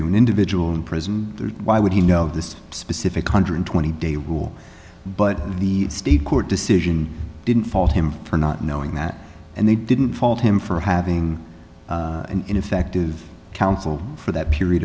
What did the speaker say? you an individual in prison why would he know of this specific one hundred and twenty day rule but the state court decision didn't fault him for not knowing that and they didn't fault him for having an ineffective counsel for that period